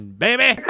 baby